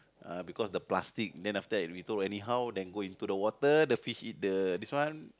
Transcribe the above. uh because the plastic then after that we throw anyhow then go into water the fish eat the this one